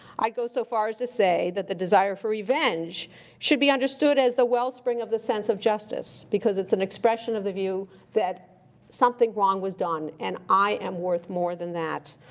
i'd go so far as to say that the desire for revenge should be understood as the wellspring of the sense of justice, because it's an expression of the view that something wrong was done, and i am worth more than that.